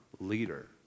leader